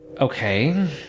Okay